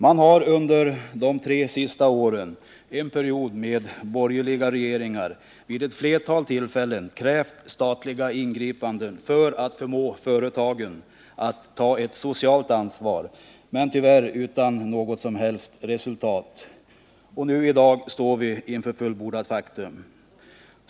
Man har under de tre senaste åren, en period med borgerliga regeringar, vid ett flertal tillfällen krävt statliga ingripanden för att förmå företagen att ta ett socialt ansvar, men tyvärr utan något som helst resultat, och i dag står vi inför fullbordat faktum.